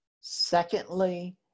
Secondly